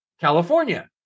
California